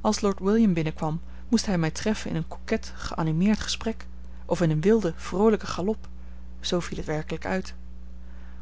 als lord william binnenkwam moest hij mij treffen in een coquet geanimeerd gesprek of in een wilden vroolijken galop zoo viel het werkelijk uit